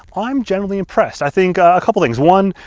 i'm generally impressed. i think a couple things. one,